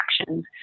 actions